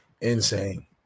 insane